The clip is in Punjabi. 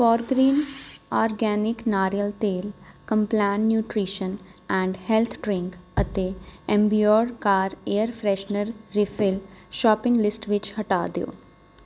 ਫੋਰਗ੍ਰੀਨ ਆਰਗੈਨਿਕ ਨਾਰੀਅਲ ਤੇਲ Complan nutrition and health drink ਅਤੇ Ambipur car air freshener refill shopping list ਵਿੱਚੋ ਹਟਾ ਦਿਓ